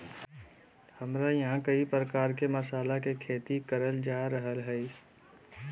हमरा यहां कई प्रकार के मसाला के खेती करल जा रहल हई